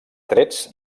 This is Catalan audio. trets